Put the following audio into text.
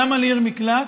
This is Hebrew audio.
למה לעיר מקלט?